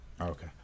Okay